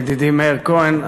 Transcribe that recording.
ידידי מאיר כהן,